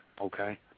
okay